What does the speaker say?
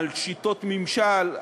על שיטות ממשל,